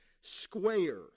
square